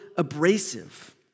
abrasive